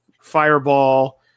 fireball